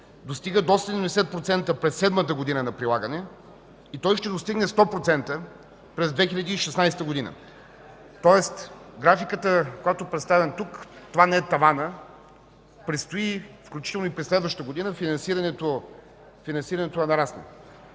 достига до 70% през седмата година на прилагане и той ще достигне 100% през 2016 г. Тоест графиката, която представям тук, не е таванът. Предстои, включително и през следващата година, финансирането да нарасне,